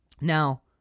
now